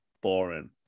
boring